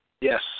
Yes